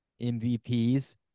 MVPs